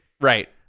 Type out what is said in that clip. Right